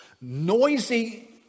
noisy